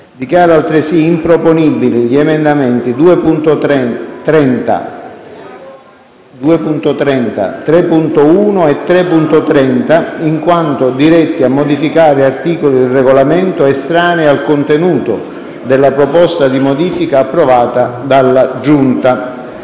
Dichiara altresì improponibili gli emendamenti 2.30, 3.1 e 3.30, in quanto diretti a modificare articoli del Regolamento estranei al contenuto della proposta di modifica approvata dalla Giunta.